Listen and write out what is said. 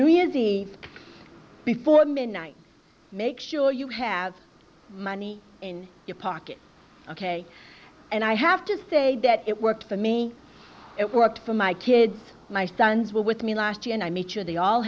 new year's eve before midnight make sure you have money in your pocket ok and i have to say that it worked for me it worked for my kids my sons were with me last year and i made sure they all